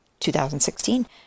2016